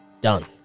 done